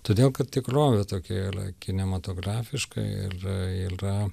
todėl kad tikrovė tokia yra kinematografiška ir yra